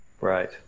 Right